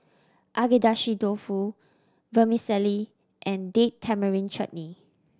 Agedashi Dofu Vermicelli and Date Tamarind Chutney